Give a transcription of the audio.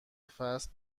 فصل